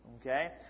Okay